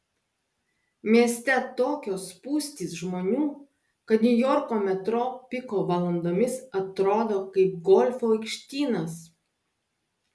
mieste tokios spūstys žmonių kad niujorko metro piko valandomis atrodo kaip golfo aikštynas